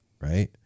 right